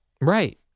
Right